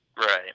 Right